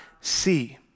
see